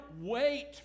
wait